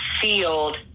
field